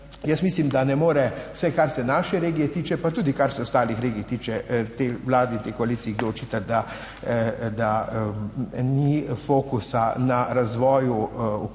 Jaz mislim, da ne more, vsaj kar se naše regije tiče, pa tudi kar se ostalih regij tiče, tej Vladi in tej koaliciji kdo očita, da ni fokusa na razvoju okolice,